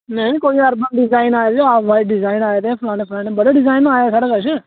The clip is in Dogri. ने कोई आर पार डजैन आए दे आनलाइन डिजाइन आए दे फलाने फलाने बड़े डिजैन आए दे न साढ़े कश